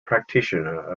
practitioner